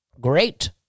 great